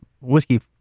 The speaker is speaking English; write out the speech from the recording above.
whiskey